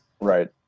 Right